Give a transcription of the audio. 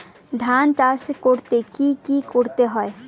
ধান চাষ করতে কি কি করতে হয়?